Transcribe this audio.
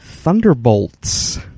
Thunderbolts